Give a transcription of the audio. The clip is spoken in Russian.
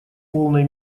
полной